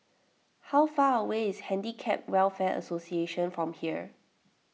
how far away is Handicap Welfare Association from here